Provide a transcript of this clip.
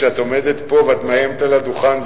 כשאת עומדת פה ואת מאיימת על הדוכן,